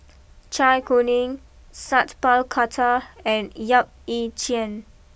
Zai Kuning Sat Pal Khattar and Yap Ee Chian